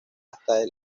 hasta